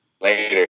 Later